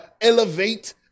elevate